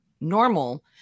normal